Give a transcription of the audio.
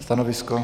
Stanovisko?